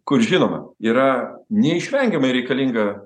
kur žinoma yra neišvengiamai reikalinga